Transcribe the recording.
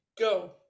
Go